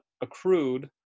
accrued